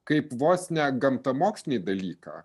kaip vos ne gamtamokslinį dalyką